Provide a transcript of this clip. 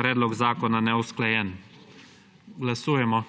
predlog zakona neusklajen. Glasujemo.